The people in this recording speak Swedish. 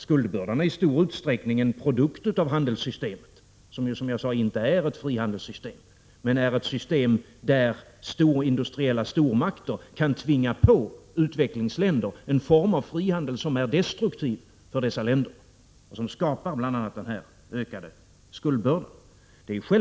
Skuldbördan är i stor utsträckning en produkt av handelssystemet, som ju, som jag sade, inte är ett frihandelssystem utan ett system där industriella stormakter kan tvinga på u-länder en form av frihandel som är destruktiv för dessa länder och som skapar bl.a. ökad skuldbörda.